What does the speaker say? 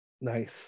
Nice